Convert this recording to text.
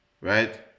right